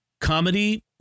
comedy